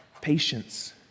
patience